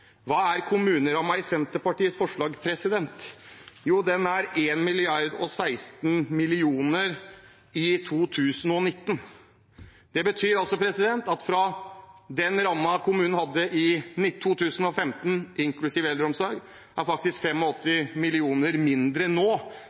Hva er kommuneramma i Senterpartiets forslag? Jo, den er på 1 milliard og 16 millioner i 2019. Det betyr altså at det i forhold til den ramma kommunen hadde i 2015, inklusiv eldreomsorg, faktisk er 85 mill. kr mindre nå,